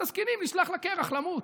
את הזקנים נשלח לקרח למות.